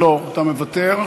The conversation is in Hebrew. לא, אתה מוותר.